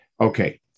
Okay